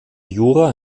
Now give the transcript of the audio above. jura